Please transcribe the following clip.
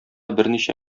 берничә